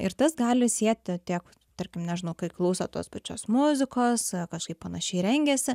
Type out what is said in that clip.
ir tas gali sieti tiek tarkim nežinau kai klauso tos pačios muzikos ar kažkaip panašiai rengiasi